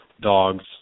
dogs